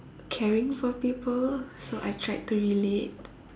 caring for people so I tried to relate